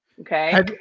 okay